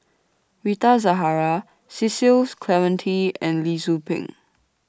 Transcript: Rita Zahara Cecil Clementi and Lee Tzu Pheng